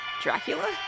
Dracula